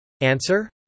Answer